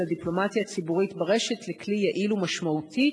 הדיפלומטיה הציבורית ברשת לכלי יעיל ומשמעותי,